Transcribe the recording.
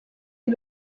les